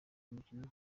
umukino